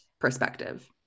perspective